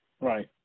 right